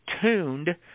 tuned